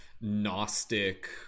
Gnostic